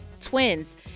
twins